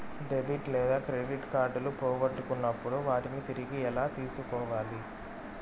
debit లేదా credit కార్డులు పోగొట్టుకున్నప్పుడు వాటిని తిరిగి ఎలా తీసుకోవాలి